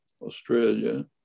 Australia